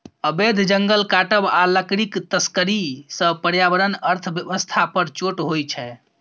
अबैध जंगल काटब आ लकड़ीक तस्करी सँ पर्यावरण अर्थ बेबस्था पर चोट होइ छै